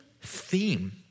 theme